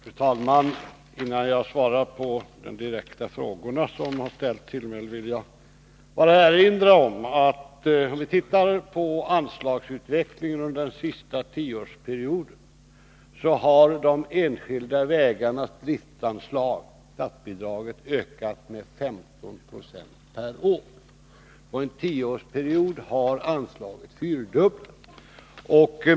Fru talman! Innan jag svarar på de frågor som har ställts till mig vill jag bara erinra om att när det gäller anslagsutvecklingen under den senaste tioårsperioden har det statliga driftsanslaget till de enskilda vägarna ökat med 15 96 per år. På en tioårsperiod har anslaget fyrdubblats.